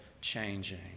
changing